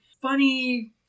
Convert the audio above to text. funny